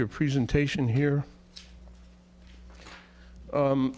your presentation here